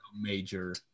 major